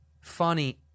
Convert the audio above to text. funny